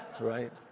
right